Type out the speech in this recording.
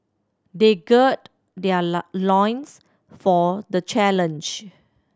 they gird their loins for the challenge